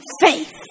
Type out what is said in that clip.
faith